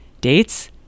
Dates